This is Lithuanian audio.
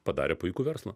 padarė puikų verslą